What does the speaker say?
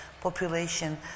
population